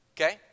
Okay